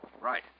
Right